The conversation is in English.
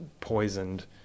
poisoned